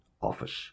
office